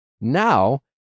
now